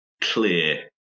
clear